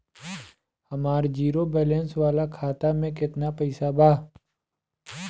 हमार zero balance वाला खाता में केतना पईसा बा?